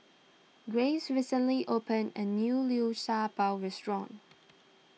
Graves recently opened a new Liu Sha Bao restaurant